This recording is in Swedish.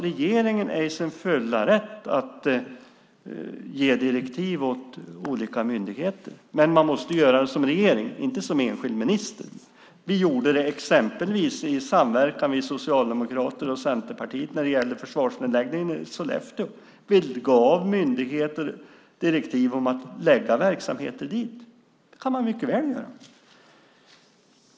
Regeringen är i sin fulla rätt att ge direktiv åt olika myndigheter, men man måste göra det som regering, inte som enskild minister. Vi gjorde det exempelvis i samverkan mellan Socialdemokraterna och Centerpartiet när det gällde försvarsnedläggningen i Sollefteå. Vi gav myndigheter direktiv om att förlägga verksamheter dit. Det kan man mycket väl göra.